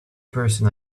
person